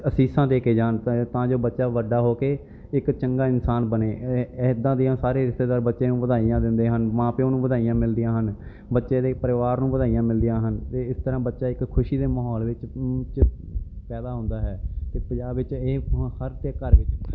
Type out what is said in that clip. ਅਸੀਸਾਂ ਦੇ ਕੇ ਜਾਣ ਤਾਂ ਤਾਂ ਜੋ ਬੱਚਾ ਵੱਡਾ ਹੋ ਕੇ ਇੱਕ ਚੰਗਾ ਇਨਸਾਨ ਬਣੇ ਇਹ ਇੱਦਾਂ ਦੀਆਂ ਸਾਰੇ ਰਿਸ਼ਤੇਦਾਰ ਬੱਚਿਆਂ ਨੂੰ ਵਧਾਈਆਂ ਦਿੰਦੇ ਹਨ ਮਾਂ ਪਿਓ ਨੂੰ ਵਧਾਈਆਂ ਮਿਲਦੀਆਂ ਹਨ ਬੱਚੇ ਦੇ ਪਰਿਵਾਰ ਨੂੰ ਵਧਾਈਆਂ ਮਿਲਦੀਆਂ ਹਨ ਅਤੇ ਇਸ ਤਰ੍ਹਾਂ ਬੱਚਾ ਇੱਕ ਖੁਸ਼ੀ ਦੇ ਮਾਹੌਲ ਵਿੱਚ 'ਚ ਪੈਦਾ ਹੁੰਦਾ ਹੈ ਅਤੇ ਪੰਜਾਬ ਵਿੱਚ ਇਹ ਹੁਣ ਹਰ ਇੱਕ ਘਰ ਵਿੱਚ